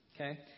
Okay